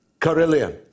Carillion